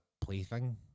plaything